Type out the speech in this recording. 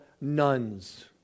nuns